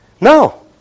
No